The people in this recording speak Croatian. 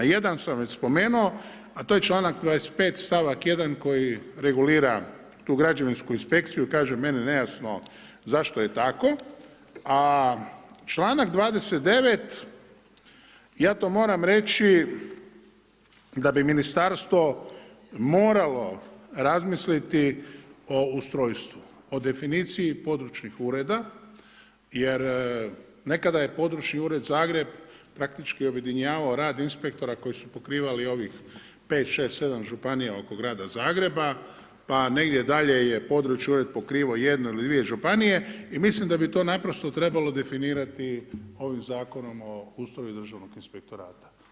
Jedan sam već spomenuo, a to je članak 25. stavak 1. koji regulira tu građevinsku inspekciju, kažem, meni je nejasno zašto je tako, a članak 29. ja to moram reći da bi Ministarstvo moralo razmisliti o ustrojstvu, o definiciji područnih ureda, jer nekada je područni ured Zagreb, praktički objedinjavao rad inspektora koji su pokrivali ovih pet, šest, sedam županija oko grada Zagreba, pa negdje dalje je područni ured pokrivao jednu ili dvije županije, i mislim da bi to naprosto trebalo definirati ovim zakonom o ustroju državnog inspektorata.